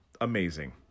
amazing